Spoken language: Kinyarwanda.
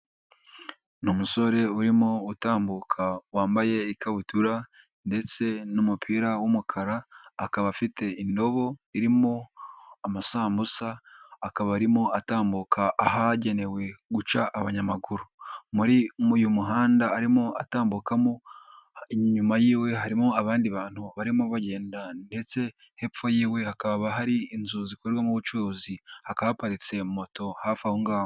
Ni umusore urimo utambuka wambaye ikabutura ndetse n'umupira w'umukara, akaba afite indobo irimo amasambusa, akaba arimo atambuka ahagenewe guca abanyamaguru. Muri uyu muhanda arimo atambukamo inyuma y'iwe harimo abandi bantu barimo bagenda ndetse hepfo y'iwe hakaba hari inzu zikorerwamo ubucuruzi, hakaba haparitse moto hafi aho ngaho.